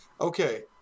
Okay